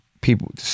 people